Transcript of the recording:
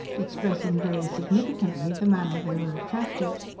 expressing very significantly the manner they were attracted.